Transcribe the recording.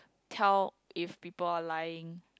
tell if people are lying